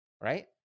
Right